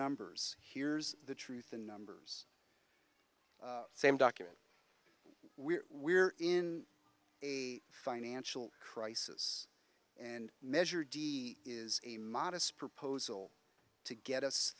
numbers here's the truth the numbers same document we're we're in a financial crisis and measure d is a modest proposal to get us